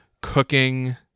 cooking